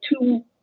two